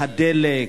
הדלק,